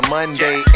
Monday